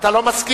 אתה לא מסכים?